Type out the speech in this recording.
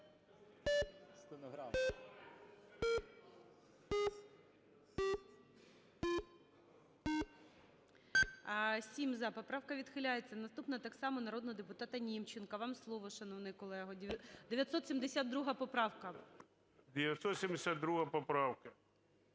За-7 Поправка відхиляється. Наступна - так само народного депутата Німченка. Вам слово, шановний колего. 972 поправка.